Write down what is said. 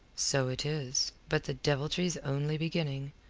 so it is. but the deviltry's only beginning.